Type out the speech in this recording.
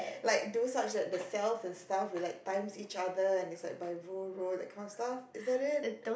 like do such at the cells and stuff and like times each other and is like by row row that kind of stuff is that it